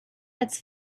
its